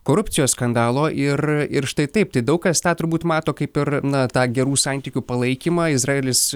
korupcijos skandalo ir ir štai taip daug kas tą turbūt mato kaip ir na tą gerų santykių palaikymą izraelis